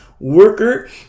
Worker